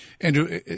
Andrew